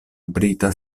brita